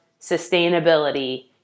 sustainability